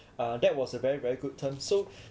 uh that was a very very good term so